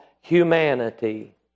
humanity